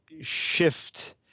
shift